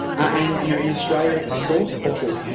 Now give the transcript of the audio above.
and you know in australia it's sourcebottle